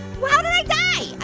how did i die?